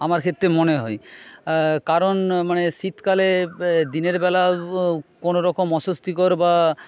আমার ক্ষেত্রে মনে হয় কারণ মানে শীতকালে দিনের বেলা কোনো রকম অস্বস্তিকর বা